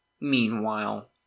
Meanwhile